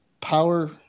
power –